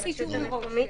צריך אישור מראש.